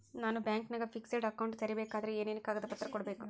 ನಾನು ಬ್ಯಾಂಕಿನಾಗ fixed account ತೆರಿಬೇಕಾದರೆ ಏನೇನು ಕಾಗದ ಪತ್ರ ಕೊಡ್ಬೇಕು?